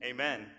Amen